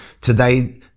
Today